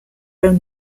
own